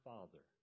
Father